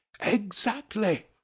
Exactly